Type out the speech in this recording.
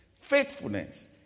faithfulness